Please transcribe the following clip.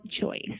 choice